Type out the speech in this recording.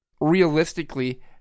realistically